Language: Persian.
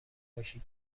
باشی